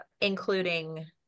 including